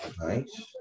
Nice